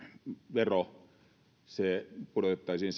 veron korko pudotettaisiin